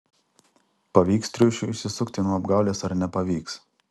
pavyks triušiui išsisukti nuo apgaulės ar nepavyks